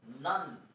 None